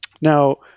now